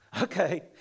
Okay